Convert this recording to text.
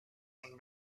and